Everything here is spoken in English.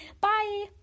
Bye